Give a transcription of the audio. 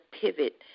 pivot